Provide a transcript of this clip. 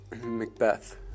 Macbeth